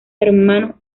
hermanos